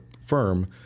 firm